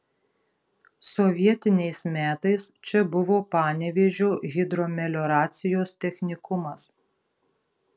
sovietiniais metais čia buvo panevėžio hidromelioracijos technikumas